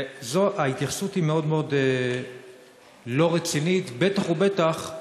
ההתייחסות היא מאוד מאוד לא רצינית, בטח ובטח,